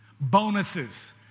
bonuses